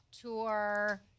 Tour